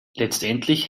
letztendlich